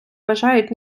вважають